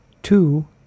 Two